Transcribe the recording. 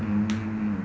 mm